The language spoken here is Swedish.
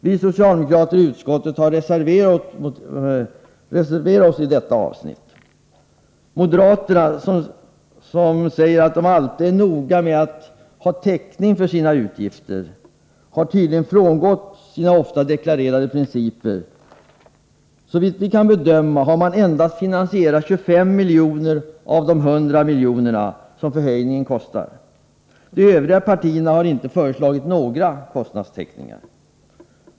Vi socialdemokrater i utskottet har reserverat oss i detta avsnitt. Moderaterna, som säger sig alltid vara noga med att ha täckning för sina utgifter, har tydligen frångått sina ofta deklarerade principer. Såvitt vi kan bedöma har man endast finansierat 25 milj.kr. av de 100 milj.kr. som förhöjningen kostar. De övriga partierna har inte föreslagit några kostnadstäckningar.